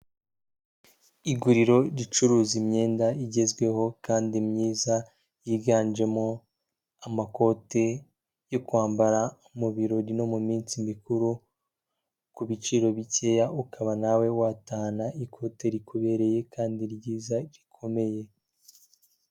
Iguriro ricuruza imyenda igezweho kandi myiza yiganjemo amakote yo kwambara mu birori no mu minsi mikuru, ku biciro bikeya ukaba nawe watahana ikote rikubereye kandi ryiza rikomeye.